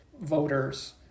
voters